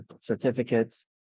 certificates